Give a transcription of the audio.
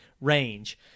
range